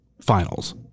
finals